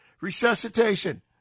resuscitation